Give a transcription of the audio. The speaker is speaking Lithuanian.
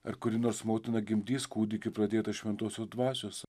ar kuri nors motina gimdys kūdikį pradėtą šventosios dvasios